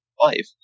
life